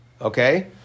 Okay